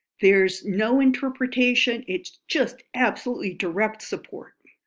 there's no interpretation, it's just absolutely direct support.